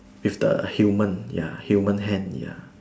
with the human ya human hand ya